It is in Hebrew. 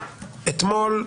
אתמול,